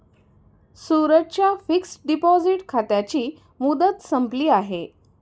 सूरजच्या fixed deposit खात्याची मुदत संपली आहे